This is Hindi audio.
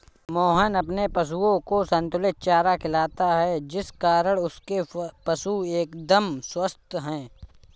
मोहन अपने पशुओं को संतुलित चारा खिलाता है जिस कारण उसके पशु एकदम स्वस्थ हैं